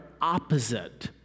opposite